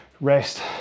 rest